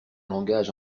langage